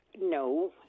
no